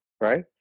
Right